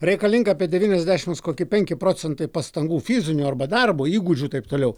reikalinga apie devyniasdešimt koki penki procentai pastangų fizinių arba darbo įgūdžių taip toliau